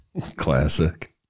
Classic